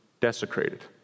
desecrated